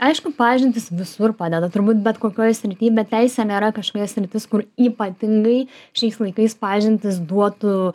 aišku pažintys visur padeda turbūt bet kokioj srity bet teisė nėra kažkokia sritis kur ypatingai šiais laikais pažintys duotų